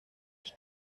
die